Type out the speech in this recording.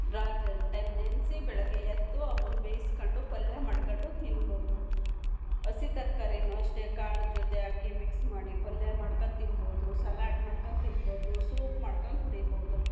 ರಾತ್ರಿ ಟೈಮ್ ನೆನೆಸಿ ಬೆಳಗ್ಗೆ ಎದ್ದು ಅವನ್ನು ಬೇಯಿಸ್ಕೊಂಡು ಪಲ್ಯ ಮಾಡ್ಕೊಂಡು ತಿನ್ಬೋದು ಹಸಿ ತರಕಾರಿನು ಅಷ್ಟೇ ಕಾಳು ಜೊತೆ ಹಾಕಿ ಮಿಕ್ಸ್ ಮಾಡಿ ಪಲ್ಯ ಮಾಡ್ಕೊಂಡು ತಿನ್ಬೋದು ಸಲಾಡ್ ಮಾಡ್ಕೊಂಡು ತಿನ್ಬೋದು ಸೂಪ್ ಮಾಡ್ಕೊಂಡು ಕುಡಿಬೋದು